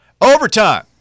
Overtime